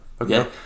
okay